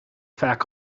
vaak